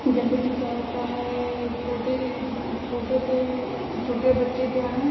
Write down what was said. जैसे कि क्या होता है एक छोटे छोटे से ही छोटे बच्चे क्या हैं